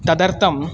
तदर्थम्